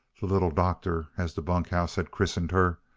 the little doctor, as the bunk house had christened her,